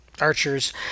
archers